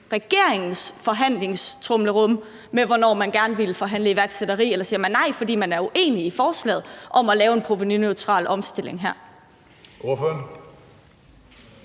regeringens forhandlingstrummerum med, hvornår man gerne vil forhandle iværksætteri, eller siger man nej, fordi man er uenig i forslaget om at lave en provenuneutral omstilling her?